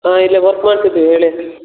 ಹಾಂ ಇಲ್ಲೇ ವರ್ಕ್ ಮಾಡ್ತಿದಿವಿ ಹೇಳಿ